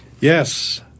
Yes